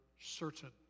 certain